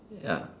ya